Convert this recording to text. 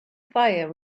fire